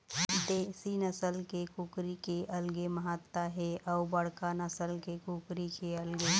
देशी नसल के कुकरी के अलगे महत्ता हे अउ बड़का नसल के कुकरी के अलगे